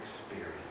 experience